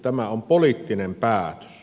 tämä on poliittinen päätös